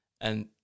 and-